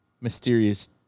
mysterious